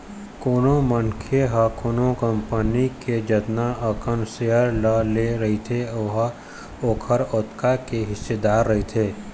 कोनो मनखे ह कोनो कंपनी के जतना अकन सेयर ल ले रहिथे ओहा ओखर ओतका के हिस्सेदार रहिथे